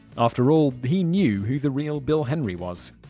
after all, he knew who the real bill henry was.